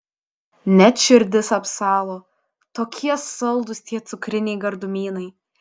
net širdis apsalo tokie saldūs tie cukriniai gardumynai